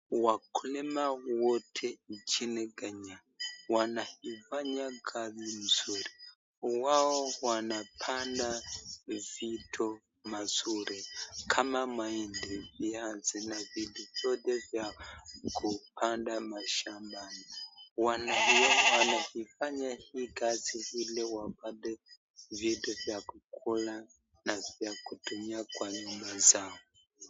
Wakulima wote nchini Kenya wanaifanya kazi nzuri, wao wanapanda vitu mazuri kama mahindi, viazi na vitu vyote vya kupanda mashambani, wanavifanya hii kazi ili wapate vitu vya kukula na vya kutumia kwa nyumba zao.